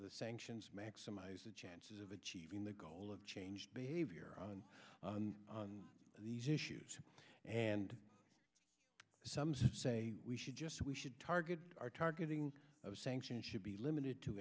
the sanctions maximize the chances of achieving the goal of change behavior on these issues and some say we should just we should target our targeting of sanctions should be limited to